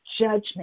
judgment